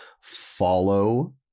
Follow